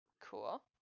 cool